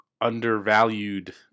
undervalued